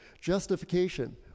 justification